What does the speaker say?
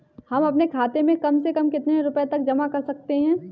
हम अपने खाते में कम से कम कितने रुपये तक जमा कर सकते हैं?